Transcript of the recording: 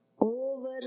over